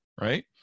Right